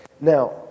Now